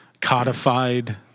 codified